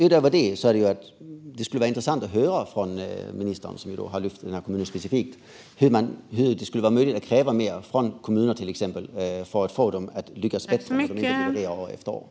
Utöver det skulle det vara intressant att höra från ministern, som har lyft den här kommunen specifikt, hur det skulle vara möjligt att kräva mer, till exempel av kommunerna, för att få dem att lyckas bättre när de år efter år inte levererar.